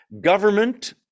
government